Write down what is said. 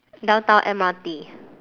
downtown M_R_T